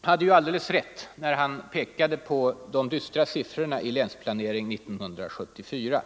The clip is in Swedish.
hade alldeles rätt när han pekade på de dystra siffrorna i Länsplanering 1974.